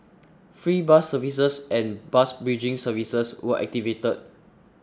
free bus services and bus bridging services were activated